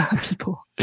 people